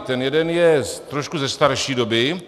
Ten jeden je trošku ze starší doby.